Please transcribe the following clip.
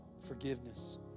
forgiveness